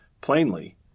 Plainly